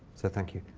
so thank you.